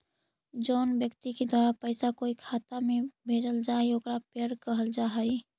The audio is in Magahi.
जउन व्यक्ति के द्वारा पैसा कोई के खाता में भेजल जा हइ ओकरा पेयर कहल जा हइ